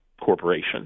corporation